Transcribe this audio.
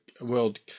world